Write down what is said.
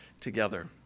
together